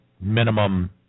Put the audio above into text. minimum